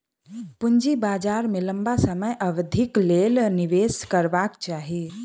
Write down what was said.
पूंजी बाजार में लम्बा समय अवधिक लेल निवेश करबाक चाही